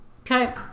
Okay